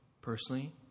personally